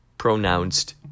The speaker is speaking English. Pronounced